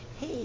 hey